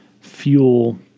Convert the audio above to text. fuel